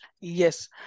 Yes